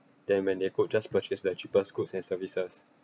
then they could just purchased the cheapest goods and services